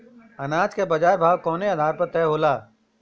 अनाज क बाजार भाव कवने आधार पर तय होला?